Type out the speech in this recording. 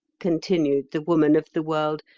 continued the woman of the world,